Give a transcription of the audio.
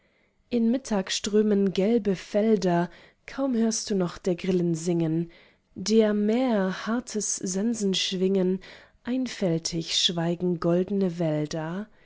in mittag strömen gelbe felder kaum hörst du noch der grillen singen der mäher hartes sensenschwingen einfältig schweigen goldene wälder